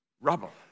Rubble